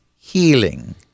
healing